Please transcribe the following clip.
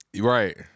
right